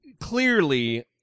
clearly